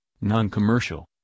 non-commercial